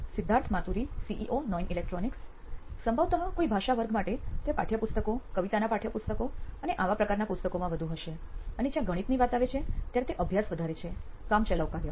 Siddharth Maturi CEO નોઇન electronics સંભવતઃ કોઈ ભાષા વર્ગ માટે તે પાઠ્ય પુસ્તકો કવિતાના પાઠયપુસ્તકો અને આવા પ્રકારનાં પુસ્તકોમાં વધુ હશે અને જ્યાં ગણિતની વાત આવે ત્યારે તે અભ્યાસ વધારે છે કામચલાઉ કાર્ય